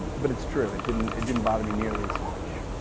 but it's true, it didn't it didn't bother me nearly as much.